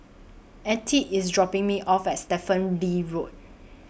Attie IS dropping Me off At Stephen Lee Road